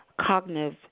cognitive